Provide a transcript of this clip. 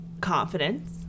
confidence